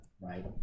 right